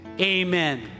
Amen